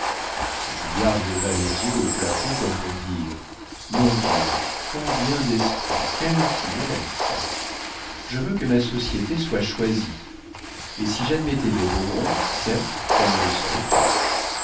julliard leva les yeux au plafond comme pour dire mon dieu combien d'esprit quelle finesse je veux que ma société soit choisie et si j'admettais des rogron certes elle ne le serait pas